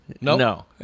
No